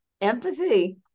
empathy